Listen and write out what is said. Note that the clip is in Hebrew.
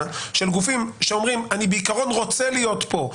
של גופים שאומרים: אני בעיקרון רוצה להיות פה,